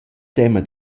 temma